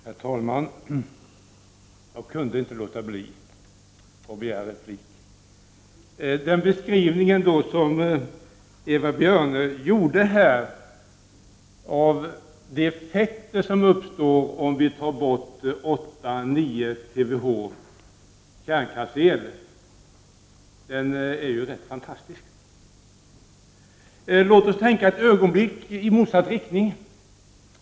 Herr talman! Jag kunde inte låta bli att begära replik på Eva Björnes anförande. Den beskrivning som Eva Björne gjorde av de effekter som uppstår om vi tar bort 8-9 TWh kärnkraftsel är rätt fantastisk. Låt oss ett ögonblick tänka i motsatt riktning.